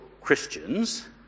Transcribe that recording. Christians